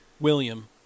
William